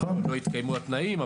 לא התקיימו התנאים,